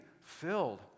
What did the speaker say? filled